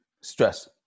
stress